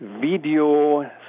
video